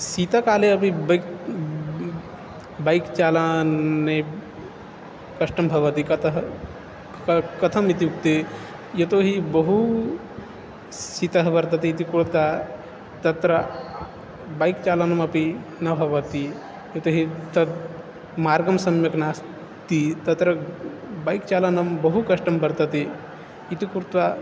शीतकाले अपि bike bike चालने कष्टं भवति कथं कथं कथम् इत्युक्ते यतो हि बहु शीतः वर्तते इति कर्तुं तत्र बैक् चालनमपि न भवति यतो हि तत् मार्गं सम्यक् नास्ति तत्र बैक् चालनं बहु कष्टं वर्तते इति कृत्वा